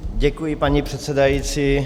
Děkuji, paní předsedající.